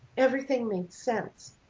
everything made sense.